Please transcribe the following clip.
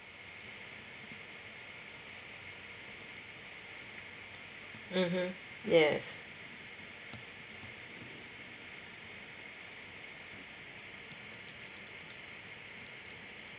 mmhmm yes